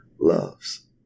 loves